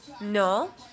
No